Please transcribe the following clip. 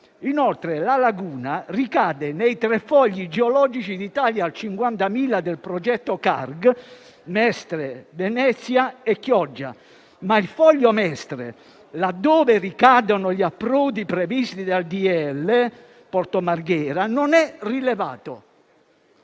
Inoltre, la laguna ricade nei tre fogli geologici di «Italia 1:50.000» del progetto CARG (Mestre, Venezia e Chioggia); ma il foglio «Mestre», laddove ricadono gli approdi previsti dal decreto-legge a Porto Marghera, non è rilevato.